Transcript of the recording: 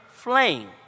Flame